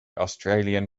australian